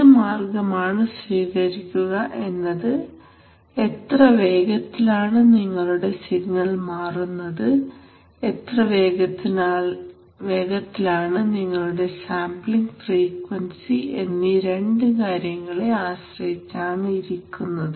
ഏതു മാർഗ്ഗമാണ് നാം സ്വീകരിക്കുക എന്നത് എത്ര വേഗത്തിലാണ് നിങ്ങളുടെ സിഗ്നൽ മാറുന്നത് എത്ര വേഗത്തിലാണ് നിങ്ങളുടെ സാംപ്ലിങ് ഫ്രീക്വൻസി എന്നീ രണ്ടു കാര്യങ്ങളെ ആശ്രയിച്ചാണിരിക്കുന്നത്